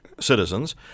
citizens